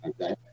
Okay